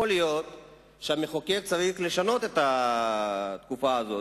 יכול להיות שהמחוקק צריך לשנות את התקופה הזאת,